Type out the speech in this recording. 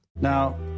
Now